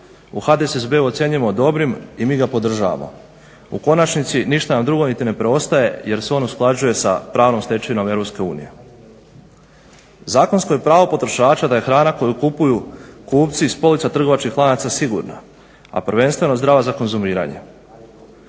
u HDSSB-u ocjenjujemo dobrim i mi ga podržavamo. U konačnici ništa nam drugo niti ne preostaje jer se on usklađuje s pravnom stečevinom Europske unije. Zakonsko je pravo potrošača da je hrana koju kupuju kupci s polica trgovačkih lanaca sigurna, a prvenstveno zdrava za konzumiranje.